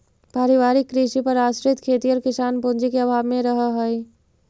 पारिवारिक कृषि पर आश्रित खेतिहर किसान पूँजी के अभाव में रहऽ हइ